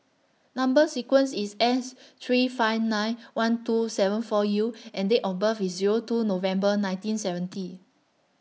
Number sequence IS S three five nine one two seven four U and Date of birth IS Zero two November nineteen seventy